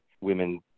women